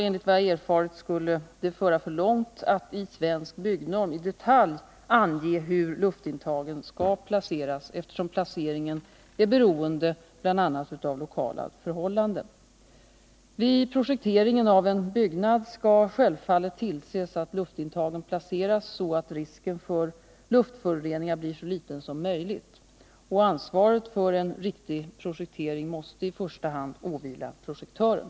Enligt vad jag har erfarit skulle det föra för långt att i Svensk byggnorm i detalj ange hur luftintagen skall placeras eftersom placeringen är beroende bl.a. av lokala förhållanden. Vid projektering av en byggnad skall självfallet tillses att luftintagen placeras så att risken för luftföroreningar blir så liten som möjligt. Ansvaret för en riktig projektering måste i första hand åvila projektören.